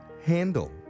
handle